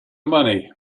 money